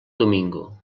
domingo